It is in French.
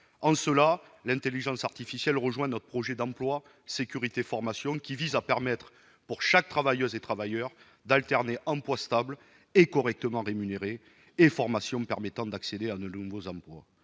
En cela, l'intelligence artificielle rejoint notre projet « sécurité emploi-formation », qui vise à permettre à chaque travailleuse et à chaque travailleur d'alterner emplois stables et correctement rémunérés et formations permettant d'accéder à de nouveaux emplois.